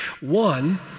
One